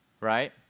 right